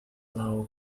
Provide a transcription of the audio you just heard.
allow